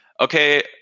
okay